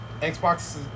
Xbox